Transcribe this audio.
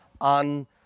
on